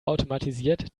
automatisiert